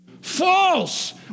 False